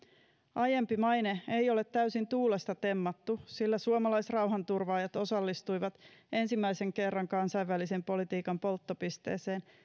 aiempi maine ei ole täysin tuulesta temmattu sillä suomalaisrauhanturvaajat osallistuivat ensimmäisen kerran kansainvälisen politiikan polttopisteeseen